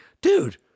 dude